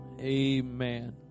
Amen